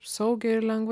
saugiai ir lengvai